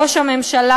ראש הממשלה,